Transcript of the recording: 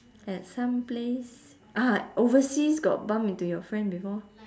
at some place ah overseas got bump into your friend before